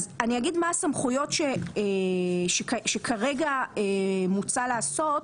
אז אני אגיד מה הסמכויות שכרגע מוצע לעשות.